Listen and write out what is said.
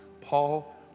Paul